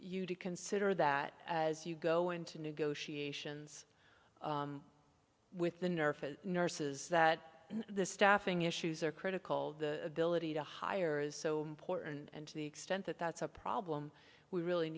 you to consider that as you go into negotiations with the nerf nurses that the staffing issues are critical the military to hire is so important and to the extent that that's a problem we really